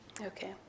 Okay